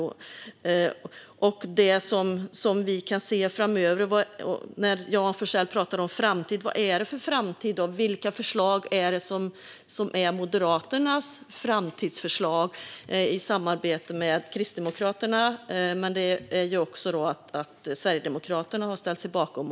Johan Forssell pratade om framtiden - vad är det för framtid vi kan se framöver? Vilka är Moderaternas framtidsförslag? Det är samarbete med Kristdemokraterna, men även Sverigedemokraterna har ställt sig bakom.